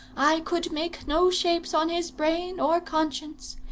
i could make no shapes on his brain or conscience.